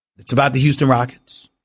it's about the houston rockets.